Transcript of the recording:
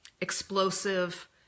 explosive